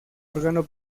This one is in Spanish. órgano